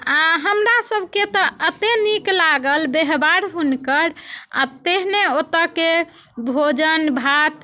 आ हमरा सबके तऽ एतेक नीक लागल व्यवहार हुनकर आ तहने ओतऽ के भोजन भात